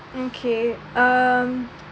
okay um